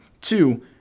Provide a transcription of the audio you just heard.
Two